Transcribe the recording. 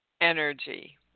energy